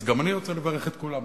אז גם אני רוצה לברך את כולם.